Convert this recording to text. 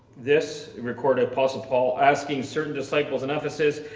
this recorded apostle paul asking certain disciples in emphasis,